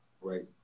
right